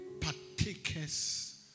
partakers